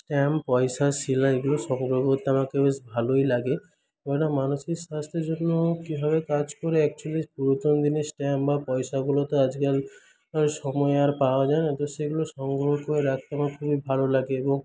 stamp পয়সা শিলা এগুলো সংগ্রহ করতে আমাকে বেশ ভালোই লাগে এরা মানসিক স্বাস্থ্যের জন্য কীভাবে কাজ করে অ্যাকচুলি প্রথম দিনের স্ট্যাম্প বা পয়সাগুলো তো আজকালকার সময় আর পাওয়া যায় না তো সেগুলো সংগ্রহ করে রাখতে আমার খুবই ভালো লাগে এবং